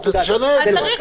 אז תשנה את זה.